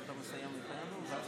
להלן